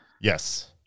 Yes